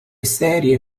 serie